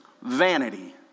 Vanity